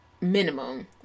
minimum